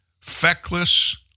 Feckless